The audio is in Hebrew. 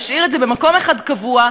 להשאיר את זה במקום אחד קבוע,